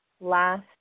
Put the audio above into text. last